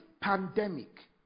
pandemic